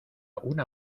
una